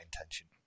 intention